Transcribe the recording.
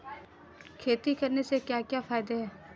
खेती करने से क्या क्या फायदे हैं?